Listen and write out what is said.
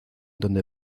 donde